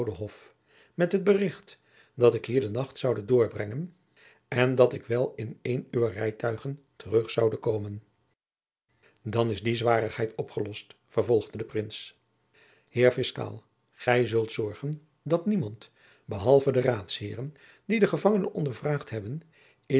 met het bericht jacob van lennep de pleegzoon dat ik hier de nacht zoude doorbrengen en dat ik wel in een uwer rijtuigen terug zoude komen dan is die zwarigheid opgelost vervolgde de prins heer fiscaal gij zult zorgen dat niemand behalve de raadsheeren die den gevangene ondervraagd hebben